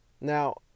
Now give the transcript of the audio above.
Now